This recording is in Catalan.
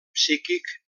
psíquic